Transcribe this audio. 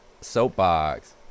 Soapbox